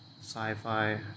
sci-fi